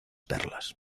perlas